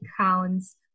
counts